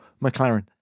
McLaren